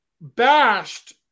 bashed